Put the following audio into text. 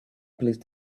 placed